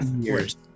years